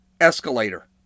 escalator